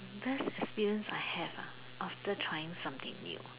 just feels like have after trying something new